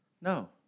No